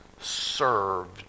served